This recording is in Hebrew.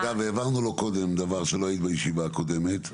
אגב, העברנו לו קודם דבר שלא היית בישיבה הקודמת.